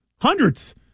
Hundreds